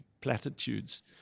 platitudes